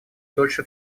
дольше